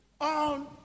On